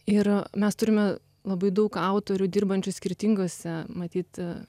ir mes turime labai daug autorių dirbančių skirtingose matyt